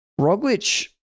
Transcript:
Roglic